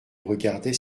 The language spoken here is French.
regardait